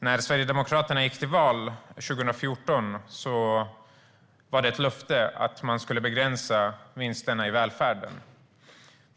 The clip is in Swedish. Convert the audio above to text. När Sverigedemokraterna gick till val 2014 var det ett löfte att man skulle begränsa vinsterna i välfärden.